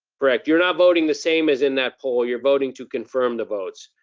correct you're not voting the same as in that poll, you're voting to confirm the votes.